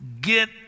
get